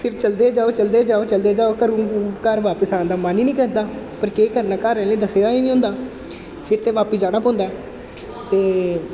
फिर चलदे जाओ चलदे जाओ चलदे जाओ घरूं घर बापस आन दा मन गै निं करदा फिर केह् करना घर आह्लें गी दस्से दा गै निं होंदा फिर ते बापिस जाना पौंदा ऐ ते